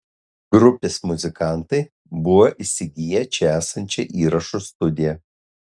grupės muzikantai buvo įsigiję čia esančią įrašų studiją